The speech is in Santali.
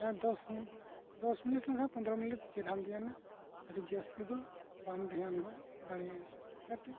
ᱡᱟᱦᱟᱸ ᱫᱚᱥ ᱫᱚᱥ ᱢᱤᱱᱤᱴ ᱵᱟᱝᱠᱷᱟᱱ ᱯᱚᱫᱨᱚ ᱢᱤᱱᱤᱴ ᱪᱮᱦᱨᱟᱢ ᱫᱷᱮᱭᱟᱱᱟ ᱟᱹᱰᱤ ᱡᱟᱹᱥᱛᱤ ᱫᱚ ᱵᱟᱢ ᱫᱷᱮᱭᱟᱱ ᱜᱚᱫ ᱫᱟᱲᱮᱭᱟᱜᱼᱟ ᱪᱤᱠᱟᱹᱛᱮ